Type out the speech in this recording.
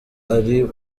ari